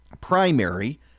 primary